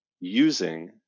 using